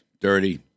dirty